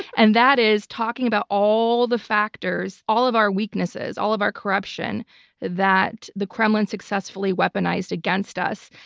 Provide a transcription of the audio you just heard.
and that is talking about all the factors, all of our weaknesses, all of our corruption that the kremlin successfully weaponized against us.